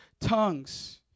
tongues